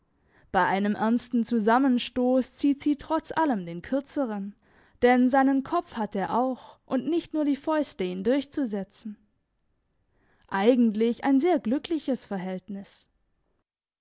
bei einem ernsten zusammenstoss zieht sie trotz allem den kürzeren denn seinen kopf hat er auch und nicht nur die fäuste ihn durchzusetzen eigentlich ein sehr glückliches verhältnis